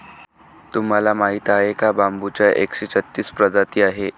तुम्हाला माहीत आहे का बांबूच्या एकशे छत्तीस प्रजाती आहेत